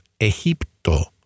Egipto